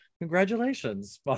congratulations